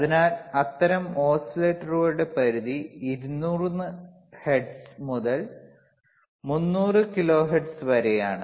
അതിനാൽ അത്തരം ഓസിലേറ്ററുകളുടെ പരിധി 200 ഹെർട്സ് മുതൽ 300 കിലോഹെർട്സ് വരെയാണ്